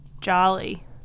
Jolly